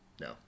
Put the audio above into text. No